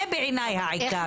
זה, בעיניי, העיקר.